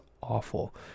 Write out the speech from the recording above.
awful